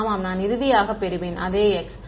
ஆமாம் நான் இறுதியாக பெறுவேன் அதே x